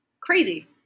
Crazy